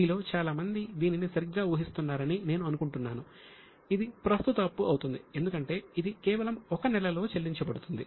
మీలో చాలా మంది దీనిని సరిగ్గా ఊహిస్తున్నారని నేను అనుకుంటున్నాను ఇది ప్రస్తుత అప్పు అవుతుంది ఎందుకంటే ఇది కేవలం 1 నెలలో చెల్లించబడుతుంది